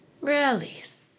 Release